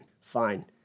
fine